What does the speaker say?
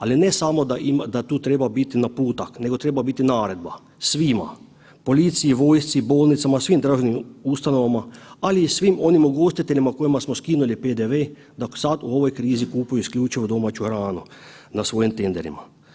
Ali ne samo da tu treba biti naputak nego treba biti naredba svima policiji, vojsci, bolnicama svim državnim ustanovama, ali i svim onim ugostiteljima kojima smo skinuli PDV da sada u ovoj krizi kupuju isključivo domaću hranu na svojim tenderima.